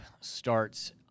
starts